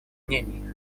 мнений